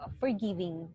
forgiving